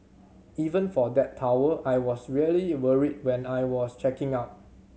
even for that towel I was really worried when I was checking out